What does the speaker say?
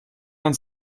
man